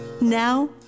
Now